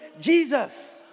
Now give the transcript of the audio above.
Jesus